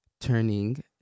turning